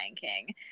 king